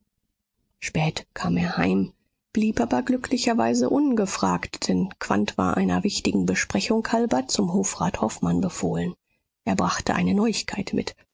spät kam er heim blieb aber glücklicherweise ungefragt denn quandt war einer wichtigen besprechung halber zum hofrat hofmann befohlen er brachte eine neuigkeit mit